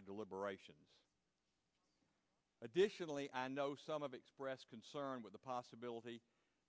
our deliberations additionally i know some of expressed concern with the possibility